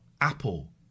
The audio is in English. apple